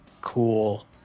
cool